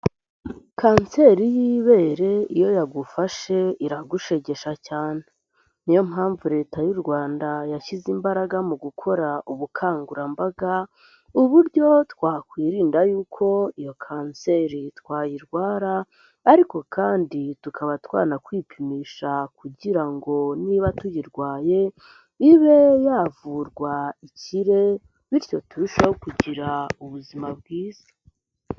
Kanseri y'ibere iyo yagufashe iragushegesha cyane. Niyo mpamvu Leta y'u Rwanda yashyize imbaraga mu gukora ubukangurambaga, uburyo twakwirinda yuko iyo kanseri twayirwara ariko kandi tukaba twanakwipimisha kugira ngo niba tuyirwaye, ibe yavurwa ikire bityo turusheho kugira ubuzima bwiza.